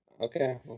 Okay